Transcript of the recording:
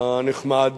הנחמד